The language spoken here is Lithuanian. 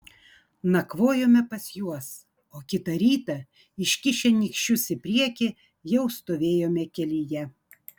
nakvojome pas juos o kitą rytą iškišę nykščius į priekį jau stovėjome kelyje